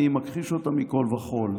אני מכחיש אותם מכול וכול,